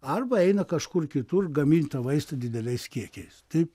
arba eina kažkur kitur gamint tą maistą dideliais kiekiais taip